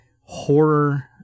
horror